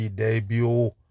debut